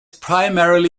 primarily